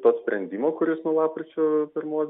to sprendimo kuris nuo lapkričio pirmos